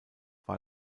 war